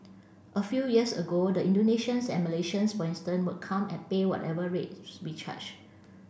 a few years ago the Indonesians and Malaysians for instance would come and pay whatever rates we charged